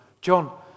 John